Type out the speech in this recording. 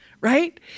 right